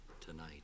tonight